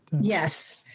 yes